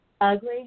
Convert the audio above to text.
ugly